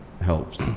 helps